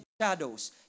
shadows